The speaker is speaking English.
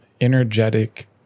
energetic